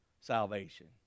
Salvation